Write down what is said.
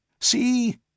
See